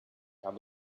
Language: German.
habe